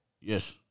Yes